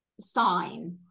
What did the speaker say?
sign